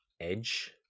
Edge